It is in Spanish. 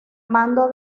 mando